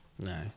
No